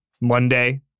Monday